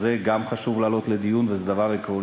גם את זה חשוב להעלות לדיון, וזה דבר עקרוני.